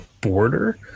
border